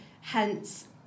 hence